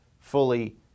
fully